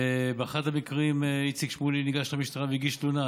ובאחד המקרים איציק שמולי ניגש למשטרה והגיש תלונה.